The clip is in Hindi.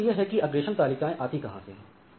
अब प्रश्न यह है कि अग्रेषण तालिकाएं आती कहां से हैं